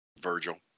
Virgil